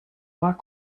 lot